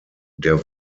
der